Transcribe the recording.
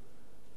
לא תיתכן,